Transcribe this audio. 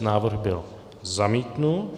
Návrh byl zamítnut.